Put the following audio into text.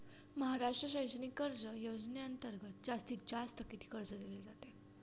महाराष्ट्र शैक्षणिक कर्ज योजनेअंतर्गत जास्तीत जास्त किती कर्ज दिले जाते?